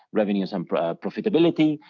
revenues and profitability,